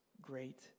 great